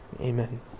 Amen